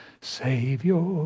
Savior